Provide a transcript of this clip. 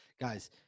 guys